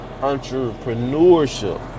entrepreneurship